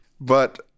But-